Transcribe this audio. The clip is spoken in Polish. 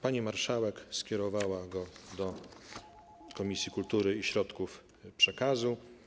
Pani marszałek skierowała go do Komisji Kultury i Środków Przekazu.